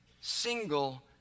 single